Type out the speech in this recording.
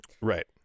Right